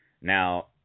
Now